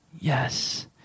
Yes